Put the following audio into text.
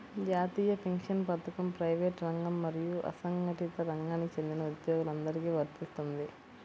జాతీయ పెన్షన్ పథకం ప్రైవేటు రంగం మరియు అసంఘటిత రంగానికి చెందిన ఉద్యోగులందరికీ వర్తిస్తుంది